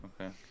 okay